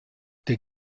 der